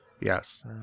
Yes